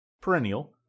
Perennial